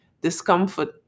discomfort